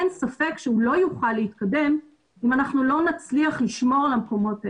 אין ספק שהוא לא יוכל להתקדם אם אנחנו לא נצליח לשמור על המקומות האלה.